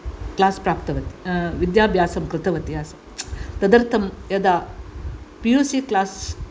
class प्राप्तवती विद्याभ्यासं कृतवती आसम् तदर्थं यदा पि यु सि क्लास्